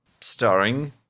starring